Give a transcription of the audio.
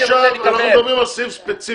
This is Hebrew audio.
אנחנו מדברים על סעיף ספציפי כרגע,